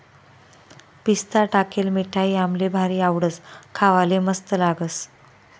पिस्ता टाकेल मिठाई आम्हले भारी आवडस, खावाले मस्त लागस